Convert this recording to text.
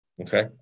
Okay